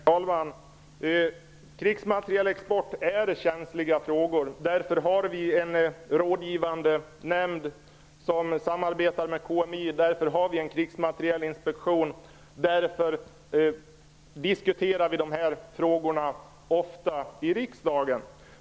Herr talman! Frågor om krigsmaterielexport är känsliga, och därför har vi en rådgivande nämnd, som samarbetar med KMI. Därför har vi också en krigsmaterielinspektion, och därför diskuterar vi ofta dessa frågor i riksdagen.